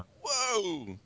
Whoa